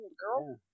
girl